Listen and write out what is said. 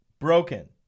Broken